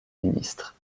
ministre